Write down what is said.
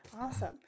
Awesome